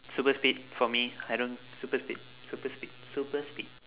super speed for me I don't super speed super speed super speed